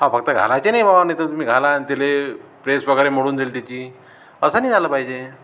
हा फक्त घालायचे नाही बाबा नाही तर तुम्ही घाला अन् तेले प्रेस वगैरे मोडून देईल त्याची असं नाही झालं पाहिजे